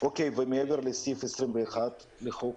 יש שאלות מעבר לסעיף 25 לחוק?